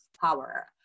power